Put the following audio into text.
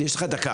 יש לך דקה.